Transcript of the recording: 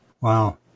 wow